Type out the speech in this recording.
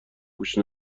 گوش